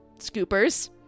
scoopers